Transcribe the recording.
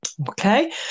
Okay